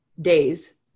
days